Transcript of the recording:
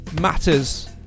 matters